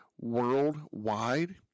worldwide